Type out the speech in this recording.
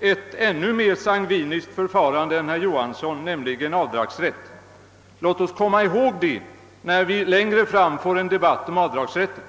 ett ännu mer sangviniskt förfarande än herr Johansson, nämligen avdragsrätt. Låt oss komma ihåg det när vi längre fram får en debatt om avdragsrätten!